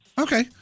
Okay